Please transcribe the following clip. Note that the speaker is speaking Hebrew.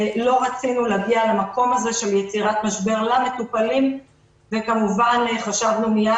לא רצינו להגיע למקום הזה של יצירת משבר למטופלים וכמובן חשבנו מיד